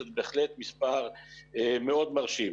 שזה בהחלט מספר מאוד מרשים.